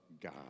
God